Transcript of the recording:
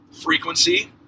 frequency